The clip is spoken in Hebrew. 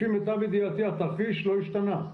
לפי מיטב ידיעתי התרחיש לא השתנה.